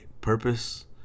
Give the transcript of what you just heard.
purpose